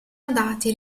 andati